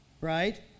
Right